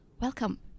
welcome